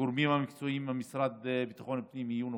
הגורמים המקצועיים במשרד לביטחון הפנים יהיו נוכחים,